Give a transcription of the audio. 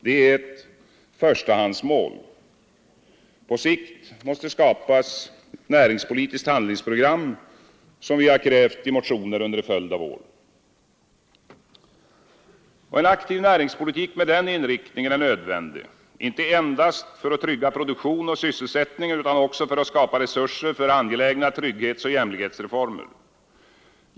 Det är ett förstahandsmål. På sikt måste skapas ett näringspolitiskt handlingsprogram, som centern krävt i motioner under en följd av år. En aktiv näringspolitik med den inriktningen är nödvändig, inte endast för att trygga produktion och sysselsättning utan också för att skapa resurser för angelägna trygghetsoch jämlikhetsreformer.